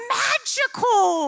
magical